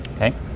Okay